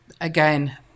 again